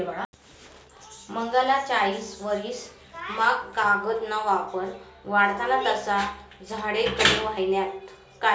मांगला चायीस वरीस मा कागद ना वापर वाढना तसा झाडे कमी व्हयनात